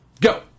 Go